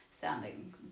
sounding